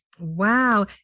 Wow